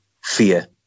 fear